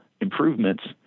improvements